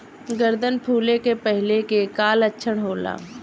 गर्दन फुले के पहिले के का लक्षण होला?